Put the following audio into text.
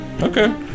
okay